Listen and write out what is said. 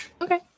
Okay